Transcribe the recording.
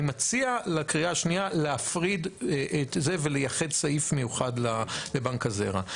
אני מציע לקריאה השנייה להפריד את זה ולייחד סעיף מיוחד לבנק הזרע.